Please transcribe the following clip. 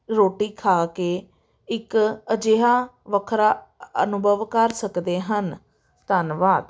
ਰੋਟੀ ਖਾ ਕੇ ਇੱਕ ਅਜਿਹਾ ਵੱਖਰਾ ਅ ਅਨੁਭਵ ਕਰ ਸਕਦੇ ਹਨ ਧੰਨਵਾਦ